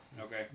Okay